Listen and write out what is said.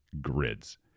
grids